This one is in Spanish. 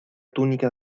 túnica